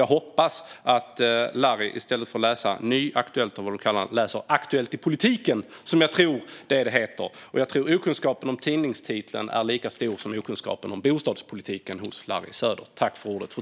Jag hoppas att Larry, i stället för att läsa Nya Aktuellt, som han kallade tidningen, läser Aktuellt i Politiken, som jag tror att den heter. Jag tror att okunskapen om tidningstiteln är lika stor som okunskapen om bostadspolitiken hos Larry Söder.